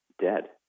dead